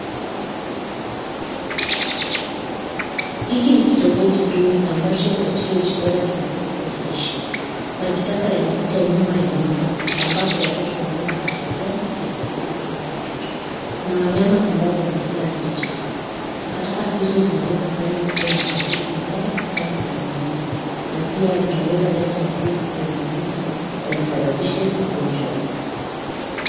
Hiki ni kitongoji duni ambacho wasiojiweza kimfuko wanaishi. Majitaka yanapita nyuma ya nyumba ambapo watoto wanaweza wakachezea na iwadhuru kiafya. Kuna wanyama ambao wanakula hizo taka. Takataka hizo zinaweza fanya kuwe na harufu mbaya hadi kwenye manyumba na pia zinaweza leta wadudu kwenye manyumba na zisababishe magonjwa.